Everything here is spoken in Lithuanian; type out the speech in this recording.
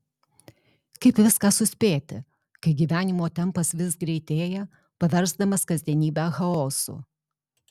kaip viską suspėti kai gyvenimo tempas vis greitėja paversdamas kasdienybę chaosu